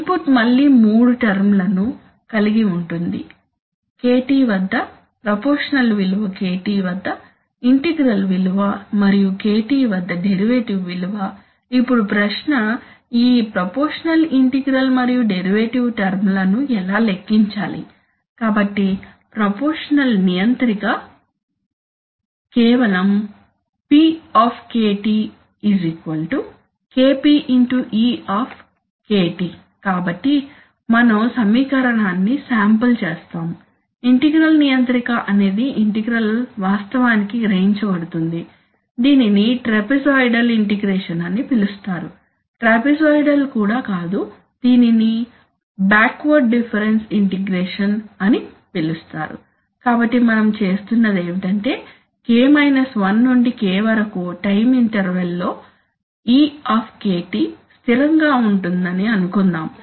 input మళ్ళీ మూడు term లను కలిగి ఉంటుంది kT వద్ద ప్రపోర్షనల్ విలువ kT వద్ద ఇంటిగ్రల్ విలువ మరియు kT వద్ద డెరివేటివ్ విలువ ఇప్పుడు ప్రశ్న ఈ ప్రపోర్షనల్ ఇంటిగ్రల్ మరియు డెరివేటివ్ టర్మ్ లను ఎలా లెక్కించాలి కాబట్టి ప్రపోర్షనల్ నియంత్రిక కేవలం P KP e కాబట్టి మనం సమీకరణాన్ని శాంపుల్ చేస్తాము ఇంటిగ్రల్ నియంత్రిక అనేది ఇంటిగ్రల్ వాస్తవానికి గ్రహించబడుతుంది దీనిని ట్రాపిజోయిడల్ ఇంటిగ్రేషన్ అని పిలుస్తారు ట్రాపిజోయిడల్ కూడా కాదు దీనిని బ్యాక్వర్డ్ డిఫరెన్స్ ఇంటిగ్రేషన్ అని పిలుస్తారు కాబట్టి మనం చేస్తున్నది ఏమిటంటే k 1 నుండి k వరకు టైం ఇంటర్వెల్ లో e స్థిరంగా ఉంటుందని అనుకుందాం